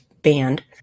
band